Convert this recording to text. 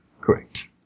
Correct